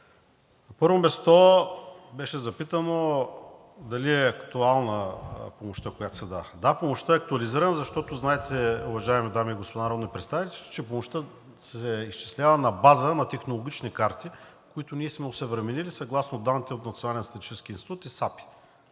На първо място, беше запитано дали е актуална помощта, която се дава? Да, помощта е актуализирана, защото, знаете, уважаеми дами и господа народни представители, че помощта се изчислява на база на технологични карти, които ние сме осъвременили съгласно данните от Националния статистически институт и САПИ,